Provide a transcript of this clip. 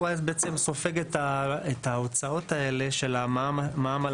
הוא היה בעצם סופג את ההוצאות האלה של המע"מ על